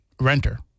renter